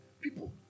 People